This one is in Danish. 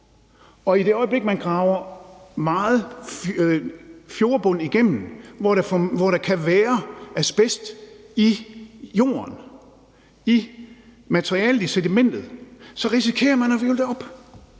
Og i det øjeblik, man graver meget fjordbund igennem, hvor der kan være asbest i jorden, i materialet, i sedimentet, så risikerer man at hvirvle det op.